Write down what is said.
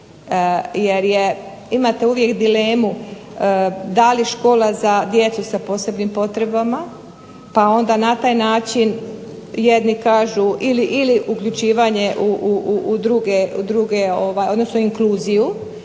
je, imate uvijek dilemu da li škola za djecu sa posebnim potrebama pa onda na taj način jedni kažu ili uključivanje u druge, odnosno inkluziju,